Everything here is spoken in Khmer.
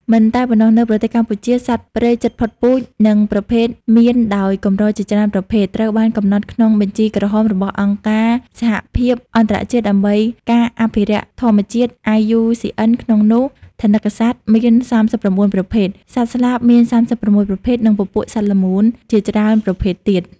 មិនតែប៉ុណ្ណោះ នៅប្រទេសកម្ពុជា សត្វព្រៃជិតផុតពូជ និងប្រភេទមានដោយកម្រជាច្រើនប្រភេទ ត្រូវបានកំណត់ក្នុងបញ្ជីក្រហមរបស់អង្គការសហភាពអន្តរជាតិដើម្បីការអភិរក្សធម្មជាតិ IUCN ក្នុងនោះថនិកសត្វមាន ៣៩ ប្រភេទ សត្វស្លាបមាន ៣៦ ប្រភេទ និងពពួកសត្វល្មូនជាច្រើនប្រភេទទៀត។